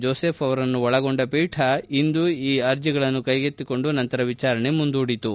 Joseph ಅವರನ್ನು ಒಳಗೊಂಡ ಪೀಠ ಇಂದು ಈ ಅರ್ಜಿಗಳನ್ನು ಕ್ಕೆಗೆತ್ತಿಕೊಂಡು ನಂತರ ವಿಚಾರಣೆ ಮುಂದೂಡಿತು